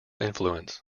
influence